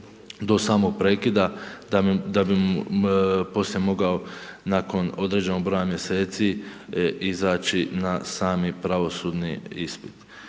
do samog prekida da bi poslije mogao nakon određenog broja mjeseci izaći na sami pravosudni ispit.